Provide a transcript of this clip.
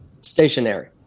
stationary